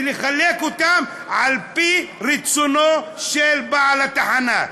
ולחלק אותם על-פי רצונו של בעל התחנה.